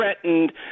threatened